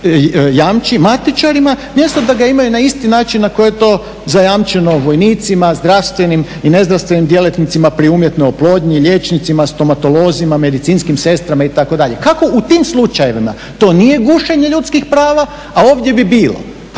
jamči matičarima, mjesto da ga imaju na isti način na koji je to zajamčeno vojnicima, zdravstvenim i nezdravstvenim djelatnicima pri umjetnoj oplodnji, liječnicima, stomatolozima, medicinskim sestrama itd. Kako u tim slučajevima to nije gušenje ljudskih prava, a ovdje bi bilo?